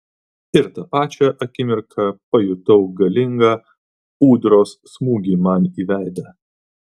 ir tą pačią akimirką pajutau galingą ūdros smūgį man į veidą